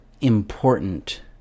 important